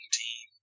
team